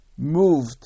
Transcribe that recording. moved